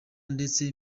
ndetse